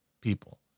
people